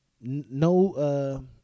No